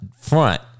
front